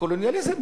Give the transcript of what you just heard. קולוניאליזם?